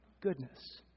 goodness